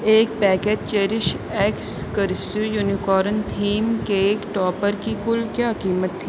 ایک packet cherish X cursive unicorn theme cake topper کی کل کیا قیمت تھی